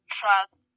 trust